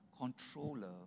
controller